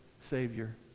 Savior